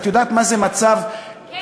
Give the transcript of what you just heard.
את יודעת מה זה מצב חירום?